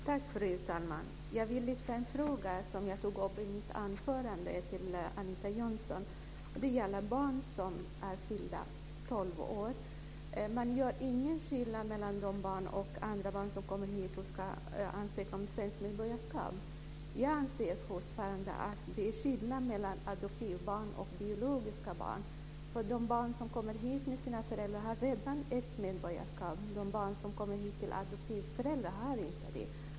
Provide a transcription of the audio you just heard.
Fru talman! Jag vill lyfta fram en fråga till Anita Jönsson som jag tog upp i mitt anförande. Det gäller barn som har fyllt 12 år. Man gör ingen skillnad när det gäller barn som kommer hit och ska ansöka om svenskt medborgarskap. Jag anser fortfarande att det är skillnad mellan adoptivbarn och biologiska barn. De barn som kommer hit med sina föräldrar har redan ett medborgarskap. De barn som kommer hit med adoptivföräldrar har inte det.